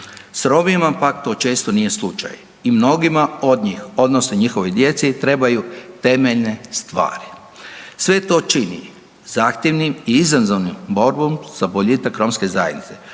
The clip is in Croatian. S Romima to pak često nije slučaj i mnogima od njih odnosno njihovoj djeci trebaju temeljne stvari. Sve to čini zahtjevnim i izazovnim borbom za boljitak romske zajednice